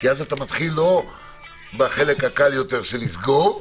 כי אז אתה מתחיל לא בחלק הקל יותר של לסגור וזהו,